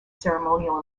ceremonial